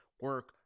Work